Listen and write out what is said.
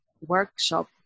workshop